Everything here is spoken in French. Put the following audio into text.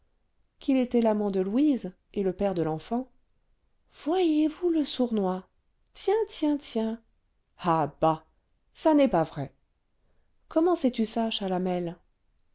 qu'il était l'amant de louise et le père de l'enfant voyez-vous le sournois tiens tiens tiens ah bah ça n'est pas vrai comment sais-tu ça